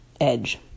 edge